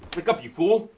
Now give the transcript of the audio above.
wake up you fool.